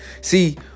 see